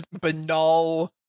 banal